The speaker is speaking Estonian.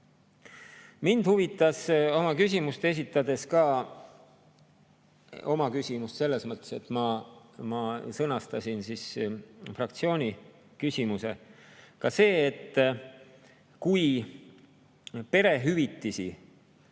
õige. Mind huvitas oma küsimust esitades – oma küsimust selles mõttes, et ma sõnastasin fraktsiooni küsimuse – ka see, et kui perehüvitisi,